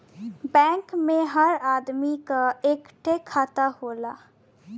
bank मे हर आदमी क एक ठे खाता होला